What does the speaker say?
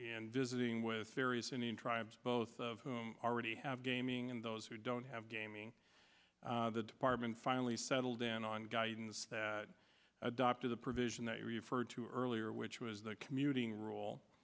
n visiting with various indian tribes both of whom already have gaming and those who don't have gaming the department finally settled in on guidance that adopted a provision that you referred to earlier which was the commuting rule